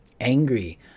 angry